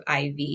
IV